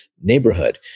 neighborhood